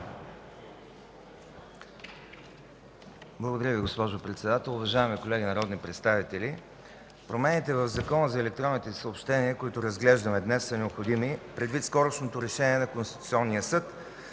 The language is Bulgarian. Благодаря Ви, госпожо Председател. Уважаеми колеги народни представители, промените в Закона за електронните съобщения, които разглеждаме днес, са необходими предвид скорошното решение на Конституционния съд,